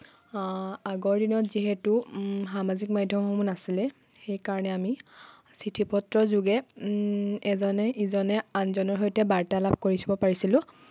আগৰ দিনত যিহেতু সামাজিক মাধ্যমসমূহ নাছিলে সেইকাৰণে আমি চিঠি পত্ৰৰ যোগে এজনে ইজনে আনজনৰ সৈতে বাৰ্তালাপ কৰিব পাৰিছিলোঁ